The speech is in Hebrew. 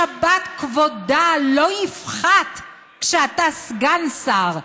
השבת, כבודה לא יפחת כשאתה סגן שר.